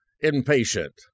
impatient